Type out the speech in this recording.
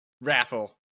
raffle